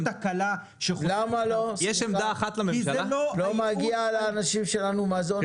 לא מגיע לאנשים שלנו מזון איכותי?